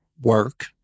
work